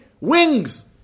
wings